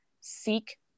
seek